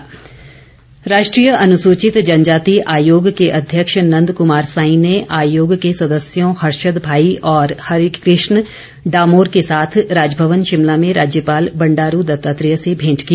मेंट राष्ट्रीय अनुसूचित जनजाति आयोग के अध्यक्ष नंद कुमार साईं ने आयोग के सदस्यों हर्षदभाई और हरिकृष्ण डामोर के साथ राजभवन शिमला में राज्यपाल बंडारू दत्तात्रेय से भेंट की